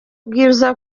bwiza